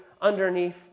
underneath